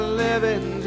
living